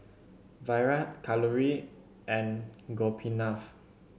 Virat Kalluri and Gopinath